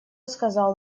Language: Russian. сказал